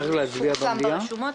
הוא פורסם ברשומות.